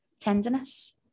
tenderness